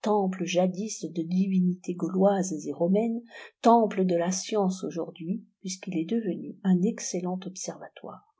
temple jadis de divinités gauloises et romaines temple de la science aujourd'hui puisqu'il est devenu un excellent observatoire